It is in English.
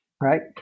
Right